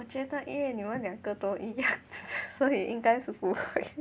我觉得因为你们两个都一样 所以应该是不会